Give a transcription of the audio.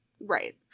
right